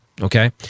Okay